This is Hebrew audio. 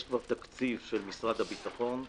יש כבר תקציב של משרד הביטחון.